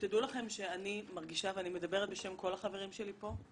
שתדעו לכם שאני מדברת בשם כל החברים שלי פה,